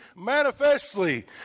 manifestly